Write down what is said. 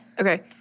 Okay